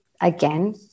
Again